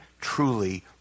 truly